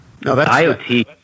IoT –